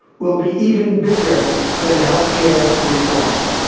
will be even bigger than health care reform